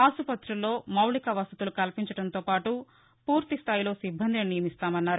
ఆసుపుతుల్లో మౌలిక వసతులు కల్పించడంంతో పాటు పూర్తిస్థాయిలో సిబ్బందిని నియమిస్తామన్నారు